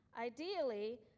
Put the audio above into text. Ideally